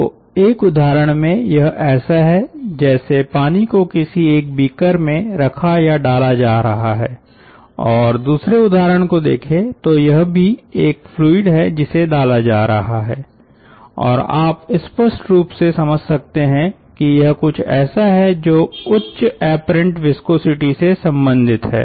तो एक उदाहरण में यह ऐसा है जैसे पानी को किसी एक बीकर में रखा या डाला जा रहा है और दूसरे उदाहरण को देखें तो यह भी एक फ्लूइड है जिसे डाला जा रहा है और आप स्पष्ट रूप से समझ सकते हैं कि यह कुछ ऐसा है जो उच्च एपरेंट विस्कोसिटी से संबंधित है